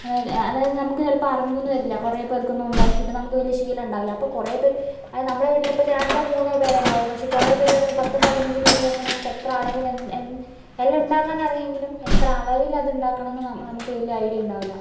അതായത് അതായത് നമുക്ക് ചിലപ്പം അറിഞ്ഞുവെന്ന് വരില്ല കുറേ പേർക്കൊന്നും ഉണ്ടാക്കിയിട്ട് നമുക്ക് വലിയ ശീലം ഉണ്ടാവില്ല അപ്പം കുറേ പേർ അതു നമ്മളെ വീട്ടിലിപ്പോൾ രണ്ടോ മൂന്നോ പേരേ ഉണ്ടാവുള്ളൂ പക്ഷേ കുറേ പേർ വരുമ്പം പത്തും പതിനഞ്ചും പേർ വരുമ്പം നമുക്ക് എത്ര അളവിന് എല്ലാം ഉണ്ടാക്കാൻ അറിയെങ്കിലും എത്ര അളവിൽ അതുണ്ടാക്കണം എന്ന് നമുക്ക് വലിയ ഐഡിയ ഉണ്ടാവില്ല